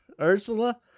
Ursula